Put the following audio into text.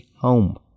Home